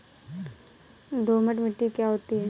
दोमट मिट्टी क्या होती हैं?